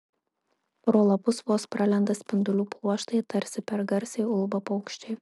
pro lapus vos pralenda spindulių pluoštai tarsi per garsiai ulba paukščiai